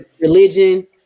religion